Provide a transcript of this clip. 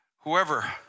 Whoever